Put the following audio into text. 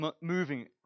moving